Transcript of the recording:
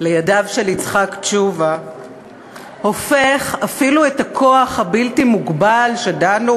לידיו של יצחק תשובה הופך אפילו את הכוח הבלתי-מוגבל של דנקנר,